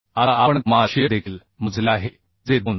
आता आपण कमाल शिअर देखील मोजले आहे जे 2